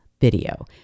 video